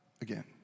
again